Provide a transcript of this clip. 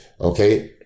Okay